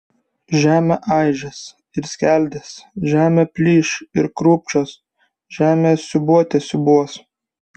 žemė aižės ir skeldės žemė plyš ir krūpčios žemė siūbuote siūbuos